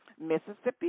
Mississippi